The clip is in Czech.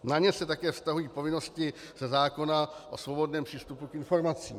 Na ně se také vztahují povinnosti ze zákona o svobodném přístupu k informacím.